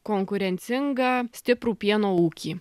konkurencingą stiprų pieno ūkį